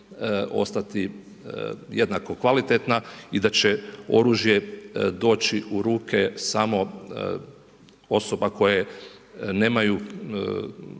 ostati jednako kvalitetna i da će oružje doći u ruke samo osoba koje nemaju